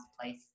Place